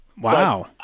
wow